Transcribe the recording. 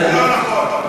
זה לא נכון,